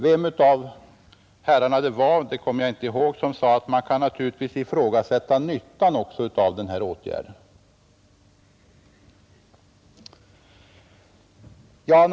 Vem det var som sade att man kan ifrågasätta nyttan av den åtgärden kommer jag inte ihåg.